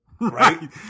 Right